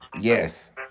Yes